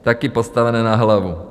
Také postavené na hlavu!